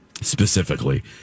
specifically